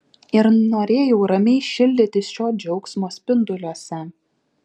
ir norėjau ramiai šildytis šio džiaugsmo spinduliuose